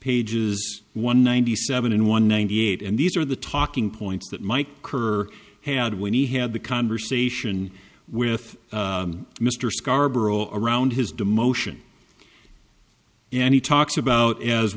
pages one ninety seven and one ninety eight and these are the talking points that might occur had when he had the conversation with mr scarboro around his demotion and he talks about as